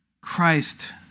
Christ